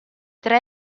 tre